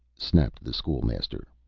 snapped the school-master.